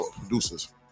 producers